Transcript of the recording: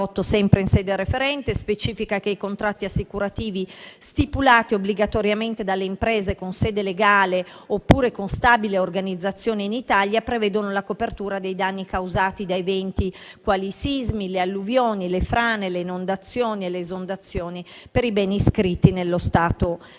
2, introdotto in sede referente, specifica che i contratti assicurativi - stipulati obbligatoriamente dalle imprese con sede legale oppure con stabile organizzazione in Italia - prevedono la copertura dei danni causati da eventi quali i sismi, le alluvioni, le frane, le inondazioni e le esondazioni, per i beni (terreni e fabbricati,